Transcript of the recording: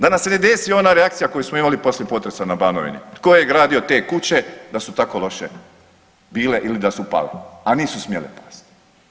Da nam se ne desi ona reakcija koju smo imali poslije potresa na Banovini tko je gradio te kuće da su tako loše bile ili da su pale, a nisu smjele pasti.